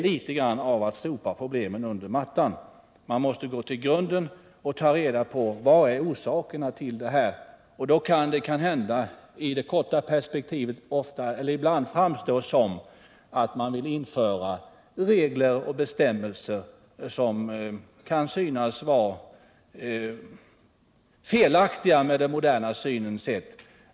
Vi skall inte sopa problemen under mattan, man måste gå till grunden och ta reda på orsakerna. I det korta perspektivet kan det då framstå som att man vill införa regler och bestämmelser som kan synas felaktiga enligt den moderna synen.